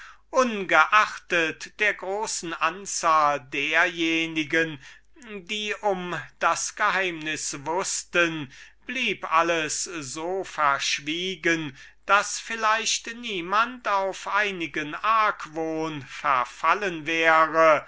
ungeachtet der großen anzahl derjenigen die um das geheimnis wußten blieb alles so verschwiegen daß dem ansehen nach niemand auf einigen argwohn verfallen wäre